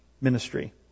ministry